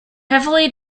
heavily